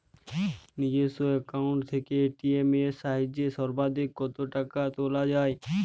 নিজস্ব অ্যাকাউন্ট থেকে এ.টি.এম এর সাহায্যে সর্বাধিক কতো টাকা তোলা যায়?